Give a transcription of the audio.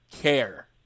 care